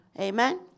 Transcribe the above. Amen